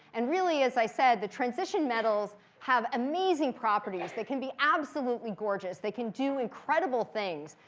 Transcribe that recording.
and really, as i said, the transition metals have amazing properties that can be absolutely gorgeous. they can do incredible things.